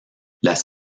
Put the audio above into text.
las